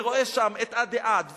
ורואה שם את עדי-עד,